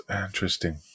interesting